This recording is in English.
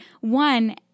One